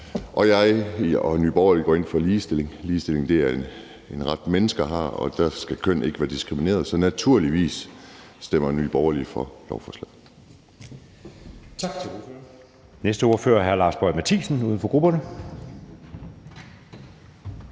Jeg og Nye Borgerlige går ind for ligestilling – ligestilling er en ret, som mennesker har, og der skal køn ikke være en diskriminerende faktor – så naturligvis stemmer Nye Borgerlige for lovforslaget.